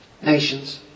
Nations